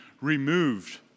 removed